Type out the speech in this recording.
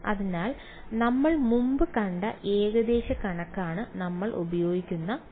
അതിനാൽ നമ്മൾ മുമ്പ് കണ്ട ഏകദേശ കണക്കാണ് നമ്മൾ ഉപയോഗിക്കുന്ന ഭാഗം